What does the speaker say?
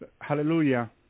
hallelujah